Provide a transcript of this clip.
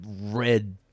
red